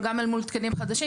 אבל גם אל מול תקנים חדשים,